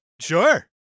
Sure